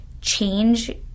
change